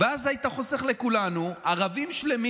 ואז היית חוסך מכולנו ערבים שלמים